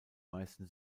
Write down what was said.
meisten